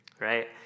right